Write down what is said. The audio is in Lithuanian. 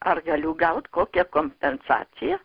ar galiu gauti kokią kompensaciją